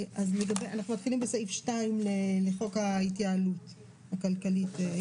אנחנו מתחילים בסעיף 2 לחוק ההתייעלות הכלכלית.